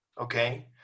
okay